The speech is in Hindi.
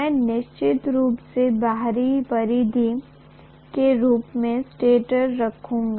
मैं निश्चित रूप से बाहरी परिधि के रूप में स्टेटर रखूँगा